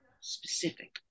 specific